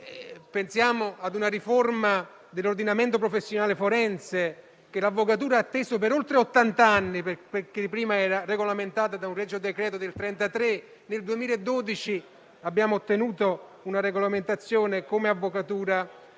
Pensiamo a una riforma dell'ordinamento professionale forense che l'avvocatura ha atteso per oltre ottant'anni, perché prima era regolamentata da un regio decreto-legge del 1933. Nel 2012 abbiamo ottenuto una regolamentazione dell'avvocatura